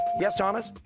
yes, thomas?